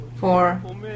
Four